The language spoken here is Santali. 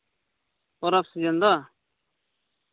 ᱯᱚᱨᱚᱵᱽ ᱥᱤᱡᱮᱱ ᱫᱚ